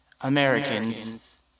Americans